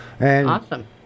Awesome